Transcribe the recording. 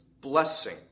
blessing